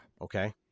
okay